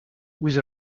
with